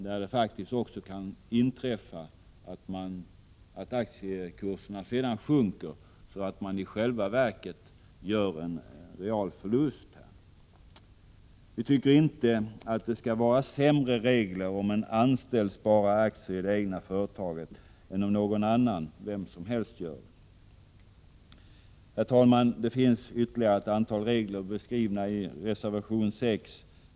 Det kan faktiskt också inträffa att aktiekurserna sedan sjunker, så att man i själva verket gör en real förlust. Vi tycker inte att det skall vara sämre regler om en anställd sparar i aktier i det egna företaget än om någon annan, vem som helst, gör det. Herr talman! Ytterligare ett antal regler finns beskrivna i reservation 6.